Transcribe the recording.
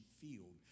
field